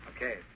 Okay